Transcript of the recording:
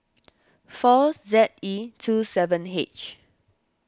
four Z E two seven H